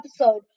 episode